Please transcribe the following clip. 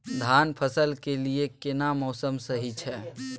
धान फसल के लिये केना मौसम सही छै?